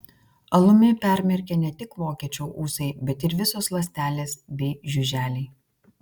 alumi permirkę ne tik vokiečio ūsai bet ir visos ląstelės bei žiuželiai